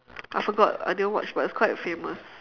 I forgot I didn't watch but it was quite famous